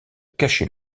cacher